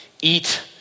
Eat